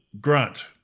Grunt